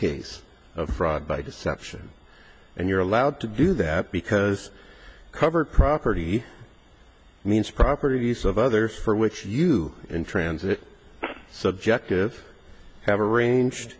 case of fraud by deception and you're allowed to do that because cover property means properties of others for which you in transit subjective have arranged